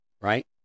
Right